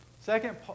Second